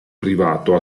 privato